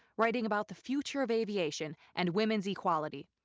writing about the future of aviation, and women's equality.